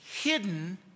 hidden